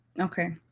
Okay